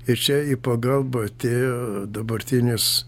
ir čia į pagalbą atėjo dabartinis